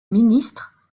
ministre